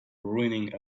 ruining